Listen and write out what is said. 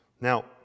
Now